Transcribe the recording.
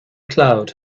cloud